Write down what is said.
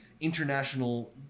international